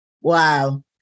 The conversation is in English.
wow